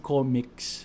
Comics